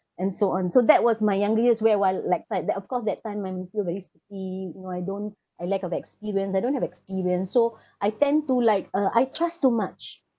and so on so that was my younger years where when that of course that time I'm still very stupid you know I don't I lack of experience I don't have experience so I tend to like uh I trust too much